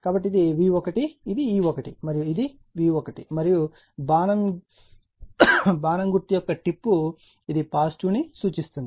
కాబట్టి ఇది V1 ఇది E1 మరియు ఇది V1 మరియు బాణం టిప్ అంటే ఇది పాజిటివ్ ను సూచిస్తుంది